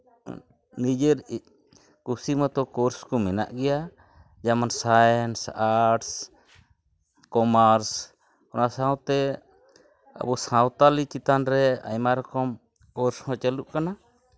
ᱱᱤᱡᱮᱨ ᱠᱩᱥᱤ ᱢᱚᱛᱳ ᱠᱳᱨᱥ ᱠᱚ ᱢᱮᱱᱟᱜ ᱜᱮᱭᱟ ᱡᱮᱢᱚᱱ ᱥᱟᱭᱮᱱᱥ ᱟᱨᱴᱥ ᱠᱚᱢᱟᱨᱥ ᱚᱱᱟ ᱥᱟᱶᱛᱮ ᱟᱵᱚ ᱥᱟᱶᱛᱟᱞᱤ ᱪᱮᱛᱟᱱ ᱨᱮ ᱟᱭᱢᱟ ᱨᱚᱠᱚᱢ ᱠᱳᱨᱥ ᱦᱚᱸ ᱪᱟᱹᱞᱩᱜ ᱠᱟᱱᱟ